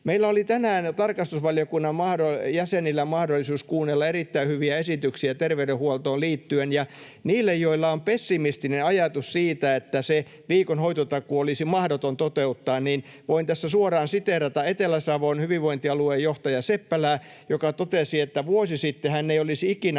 Meillä tarkastusvaliokunnan jäsenillä oli tänään mahdollisuus kuunnella erittäin hyviä esityksiä terveydenhuoltoon liittyen, ja niille, joilla on pessimistinen ajatus siitä, että se viikon hoitotakuu olisi mahdoton toteuttaa, voin tässä suoraan siteerata Etelä-Savon hyvinvointialuejohtaja Seppälää, joka totesi, että vuosi sitten hän ei olisi ikinä